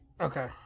okay